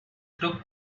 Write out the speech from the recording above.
took